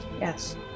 Yes